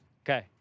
Okay